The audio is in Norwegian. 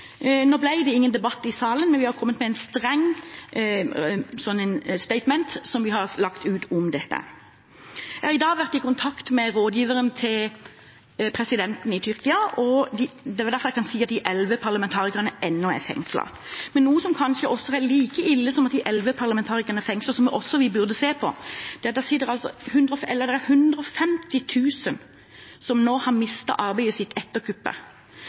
Nå ble det ingen debatt i salen, men vi har kommet med et strengt «statement» som vi har lagt ut om dette. Jeg har i dag vært i kontakt med rådgiveren til presidenten i Tyrkia, og det er derfor jeg kan si at de elleve parlamentarikerne ennå er fengslet. Men noe som kanskje er like ille som at de elleve parlamentarikerne er fengslet, og som vi også burde se på, er at 150 000 har mistet arbeidet sitt etter